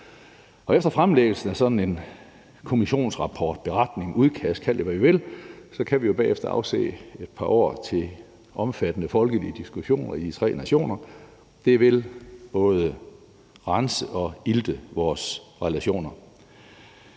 Efter fremlæggelsen af sådan en kommissionsrapport, beretning eller udkast – kald det, hvad I vil – kan vi jo bagefter afsætte et par år til omfattende folkelige diskussioner i de tre nationer. Det vil både rense og ilte vores relationer.